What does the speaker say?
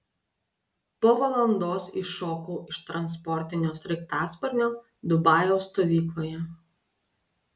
po valandos iššokau iš transportinio sraigtasparnio dubajaus stovykloje